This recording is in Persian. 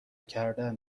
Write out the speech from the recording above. کردن